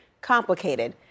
complicated